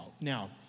now